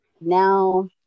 now